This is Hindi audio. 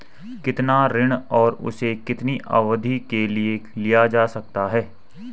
कितना ऋण और उसे कितनी अवधि के लिए लिया जा सकता है?